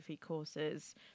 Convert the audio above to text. courses